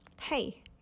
hey